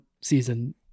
season